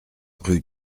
rue